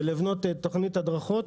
ולבנות תוכנית הדרכות,